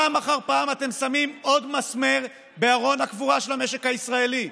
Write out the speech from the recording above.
פעם אחר פעם אתם שמים עוד מסמר בארון הקבורה של המשק הישראלי,